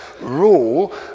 rule